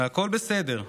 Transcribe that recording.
והכול בסדר.